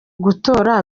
gutora